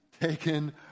taken